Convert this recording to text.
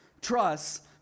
trust